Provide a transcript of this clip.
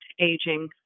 aging